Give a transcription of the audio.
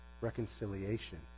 reconciliation